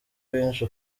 bwinshi